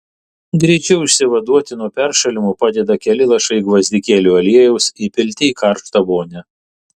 greičiau išsivaduoti nuo peršalimo padeda keli lašai gvazdikėlių aliejaus įpilti į karštą vonią